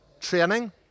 Training